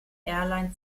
airlines